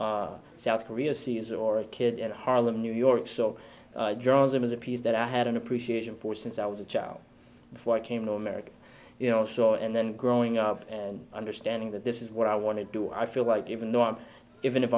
in south korea sees or a kid in harlem new york so journalism is a piece that i had an appreciation for since i was a child before i came to america you know so and then growing up and understanding that this is what i want to do i feel like even